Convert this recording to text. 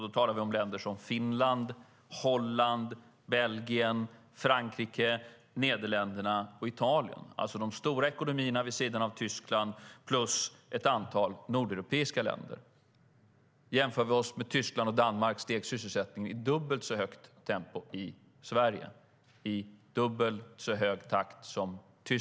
Då talar vi om länder som Finland, Holland, Belgien, Frankrike, Nederländerna och Italien, alltså de stora ekonomierna vid sidan av Tyskland plus ett antal nordeuropeiska länder. Jämfört med Tyskland och Danmark steg sysselsättningen i dubbelt så högt tempo i Sverige.